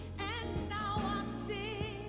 and say,